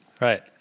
Right